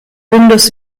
windows